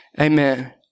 Amen